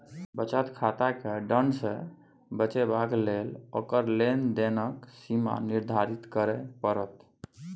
बचत खाताकेँ दण्ड सँ बचेबाक लेल ओकर लेन देनक सीमा निर्धारित करय पड़त